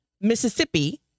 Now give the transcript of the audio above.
Mississippi